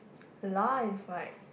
lah is like